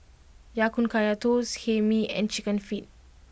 Ya Kun Kaya Toast Hae Mee and Chicken Feet